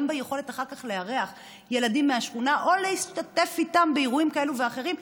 גם ביכולת אחר כך לארח ילדים מהשכונה או להשתתף באירועים כאלה ואחרים,